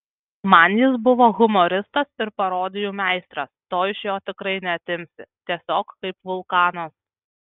man jis buvo humoristas ir parodijų meistras to iš jo tikrai neatimsi tiesiog kaip vulkanas